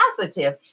positive